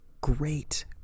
great